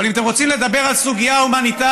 אבל אם אתם רוצים לדבר על סוגיה הומניטרית,